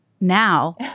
now